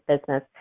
business